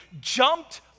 jumped